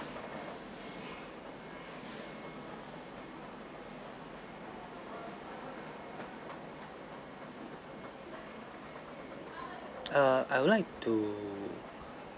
err I would like to